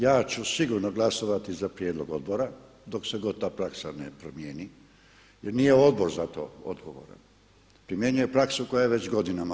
Ja ću sigurno glasovati za prijedlog odbora dok se god ta praksa ne promijeni jer nije odbor za to odgovoran, primjenjuje praksu koja je već godinama.